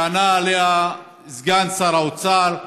שענה עליה סגן שר האוצר,